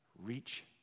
reach